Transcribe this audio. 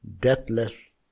deathless